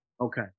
Okay